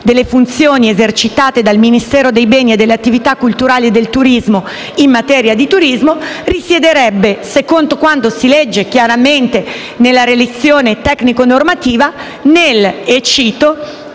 delle funzioni esercitate dal Ministero dei beni, delle attività culturali e del turismo in materia di turismo, secondo quanto si legge chiaramente nella relazione tecnico-normativa, servirebbe